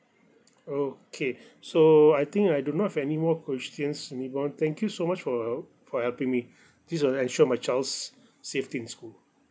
okay so I think I do not have any more questions nibong thank you so much for for helping me this will ensure my child's safety in school